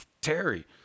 Terry